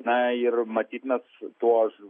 na ir matyt mes su tuo